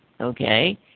okay